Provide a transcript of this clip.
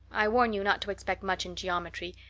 i warn you not to expect much in geometry,